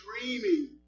dreaming